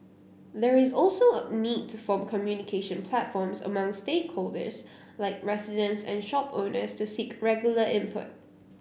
there is also a need to form communication platforms among stakeholders like residents and shop owners to seek regular input